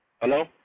Hello